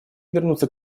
вернуться